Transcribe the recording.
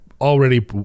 already